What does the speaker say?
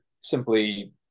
simply